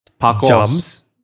Jumps